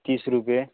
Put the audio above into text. तीस रुपये